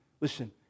listen